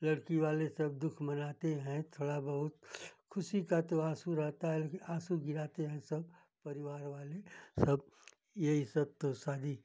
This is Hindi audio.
लड़की वाले सब दुख मनाते हैं थोड़ा बहुत खुशी का तो आंसू रहता है लेकिन आंसू गिराते हैं सब परिवार वाले सब यही सब तो शादी